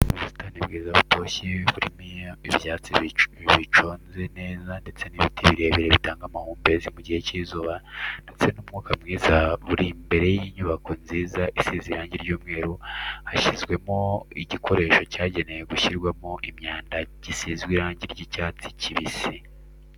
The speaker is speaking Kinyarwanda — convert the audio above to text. Mu busitani bwiza butoshye burimo ibyatsi biconze neza ndetse n'ibiti birebire bitanga amahumbezi mu gihe cy'izuba ndetse n'umwuka mwiza, buri imbere y'inyubako nziza isize irangi ry'umweru hashyizwemo igikoresho cyagenewe gushyirwamo imyanda gisizwe irangi ry'icyatsi kibisi.